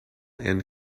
and